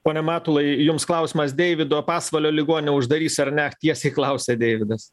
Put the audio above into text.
pone matulai jums klausimas deivido pasvalio ligoninę uždarys ar ne tiesiai klausia deividas